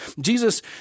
Jesus